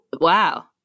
Wow